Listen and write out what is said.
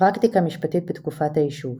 פרקטיקה משפטית בתקופת היישוב